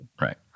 Right